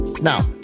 Now